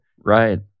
Right